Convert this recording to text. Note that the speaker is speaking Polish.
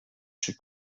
czy